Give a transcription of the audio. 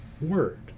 word